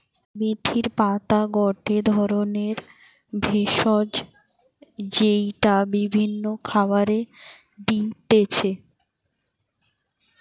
মেথির পাতা গটে ধরণের ভেষজ যেইটা বিভিন্ন খাবারে দিতেছি